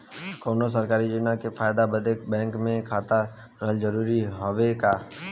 कौनो सरकारी योजना के फायदा बदे बैंक मे खाता रहल जरूरी हवे का?